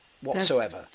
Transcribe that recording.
whatsoever